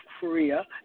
Korea